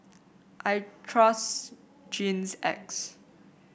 I trust Hygin X